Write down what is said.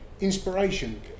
Inspiration